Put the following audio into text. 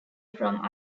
from